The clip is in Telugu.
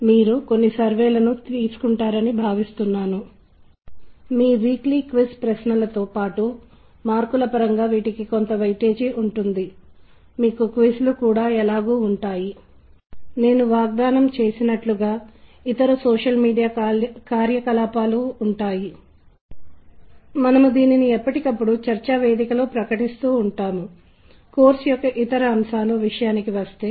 కాబట్టి ప్రదర్శనల సందర్భంలో ధ్వని యొక్క ఆవశ్యకత లేదా ఔచిత్యంతో నేటి దృష్టి ప్రారంభమవుతుంది అయితే తర్వాత మనం సంగీతాన్ని ఒక భావప్రకటన మాద్యమముగా మార్చుకుంటాము మరియు దానిని కొంచెం ఎక్కువ అన్వేషిస్తాము ఎందుకంటే నేను కొంత పూర్తి చేసాను అని నేను ఖచ్చితంగా అనుకుంటున్నాను మీలో కొందరు దీనిని ఆసక్తికరమైన రీతిలో ఉపయోగించుకోవచ్చని భావించవచ్చు